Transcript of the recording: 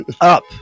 Up